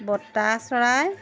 বটাচৰাই